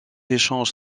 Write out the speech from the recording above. échange